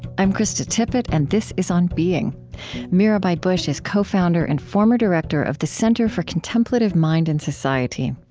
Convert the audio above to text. i'm krista tippett, and this is on being mirabai bush is co-founder and former director of the center for contemplative mind in society.